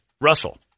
Russell